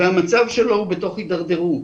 והמצב שלו הוא בתוך הידרדרות.